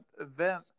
event